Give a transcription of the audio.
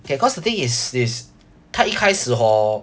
K cause the thing is this 他一开始 hor